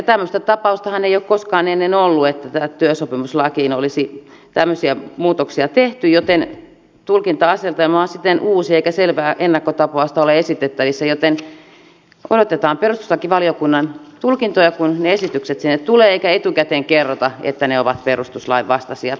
tämmöistä tapaustahan ei ole koskaan ennen ollut että työsopimuslakiin olisi tämmöisiä muutoksia tehty joten tulkinta asetelma on siten uusi eikä selvää ennakkotapausta ole esitettävissä joten odotetaan perustuslakivaliokunnan tulkintoja kun ne esitykset sinne tulevat eikä etukäteen kerrota että ne ovat perustuslain vastaisia